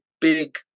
big